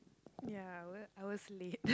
ya I w~ I was late